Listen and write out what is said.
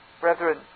Brethren